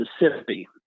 Mississippi